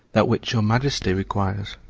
that which your majesty requires.